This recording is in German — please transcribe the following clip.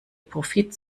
profit